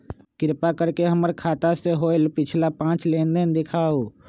कृपा कर के हमर खाता से होयल पिछला पांच लेनदेन दिखाउ